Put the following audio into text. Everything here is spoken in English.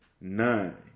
nine